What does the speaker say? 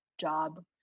job